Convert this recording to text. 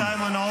אתה המחבל